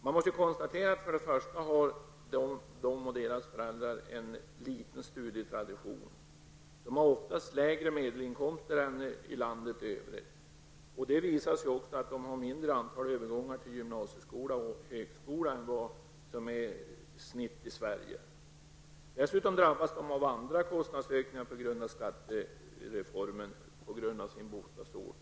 Man kan konstatera att ungdomarna och deras föräldrar har en liten studietradition. De har oftast lägre medelinkomster än man har i landet i övrigt. De har också mindre antal övergångar till gymnasieskola och högskola än genomsnittet i Sverige. De drabbas ju dessutom av andra kostnadsökningar på grund av skattereformen till följd av sin bostadsort.